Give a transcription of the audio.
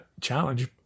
challenge